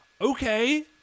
Okay